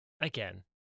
again